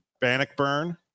Bannockburn